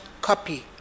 copy